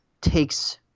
takes